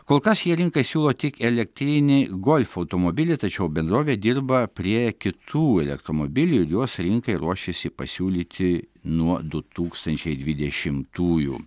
kol kas jie rinkai siūlo tik elektrinį golf automobilį tačiau bendrovė dirba prie kitų elektromobilių ir juos rinkai ruošiasi pasiūlyti nuo du tūkstančiai dvidešimtųjų